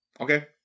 Okay